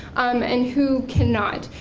um and who cannot,